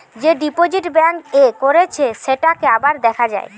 যে deposit bank এ করেছে সেটাকে আবার দেখা যায়